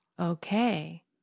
Okay